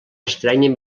estrènyer